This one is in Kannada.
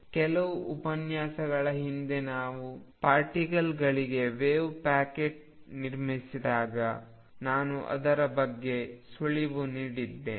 ಕೆಲವು ಉಪನ್ಯಾಸಗಳ ಹಿಂದೆ ನಾವು ಪಾರ್ಟಿಕಲ್ಗಳಿಗೆ ವೆವ್ ಪ್ಯಾಕೆಟ್ ನಿರ್ಮಿಸಿದಾಗ ನಾನು ಅದರ ಬಗ್ಗೆ ಸುಳಿವು ನೀಡಿದ್ದೇನೆ